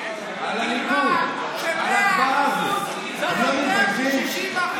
בליבה לימדו אותנו ש-100% זה יותר מ-60%.